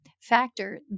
factor